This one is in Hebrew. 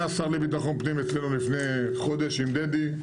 היה השר לביטחון פנים אצלנו לפני חודש עם דדי,